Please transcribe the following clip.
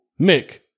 Mick